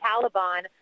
Taliban